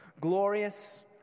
glorious